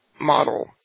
model